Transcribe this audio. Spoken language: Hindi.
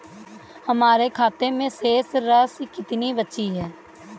हमारे खाते में शेष राशि कितनी बची है?